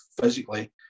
physically